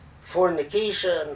fornication